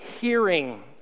hearing